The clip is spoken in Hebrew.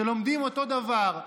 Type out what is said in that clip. שלומדים אותו דבר,